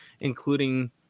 including